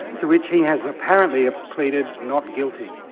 to which he has apparently ah pleaded not guilty.